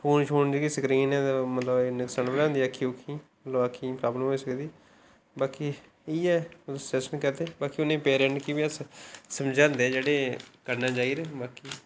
phone शोन दी जेहड़ी स्क्रीन है ते मतलब नुक्सान पुजांदी अक्खी ओक्खी गी मतलब अक्खी गी प्राबल्म होई सकदी बाकी इ'यै तुस गी सुजैशन करदे बाकी उनें ई पेरेंटस गी बी अस समझांदे जेह्ड़े कन्ने जारिये बाकी